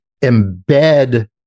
embed